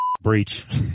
Breach